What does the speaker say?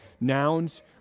nouns